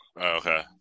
Okay